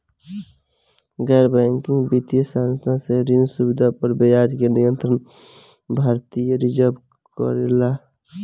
गैर बैंकिंग वित्तीय संस्था से ऋण सुविधा पर ब्याज के नियंत्रण भारती य रिजर्व बैंक करे ला का?